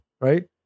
Right